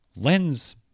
lens